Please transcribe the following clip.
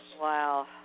Wow